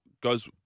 goes